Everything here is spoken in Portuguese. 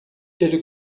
ele